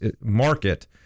market